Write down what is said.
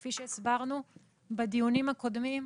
כפי שהסברנו בדיונים הקודמים.